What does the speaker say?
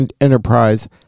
enterprise